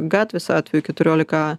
gatvės atveju keturiolika a